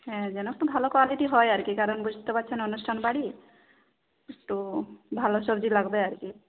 হ্যাঁ যেন একটু ভালো কোয়ালিটির হয় আর কি কারণ বুঝতে পারছেন অনুষ্ঠান বাড়ি তো ভালো সবজি লাগবে আর কি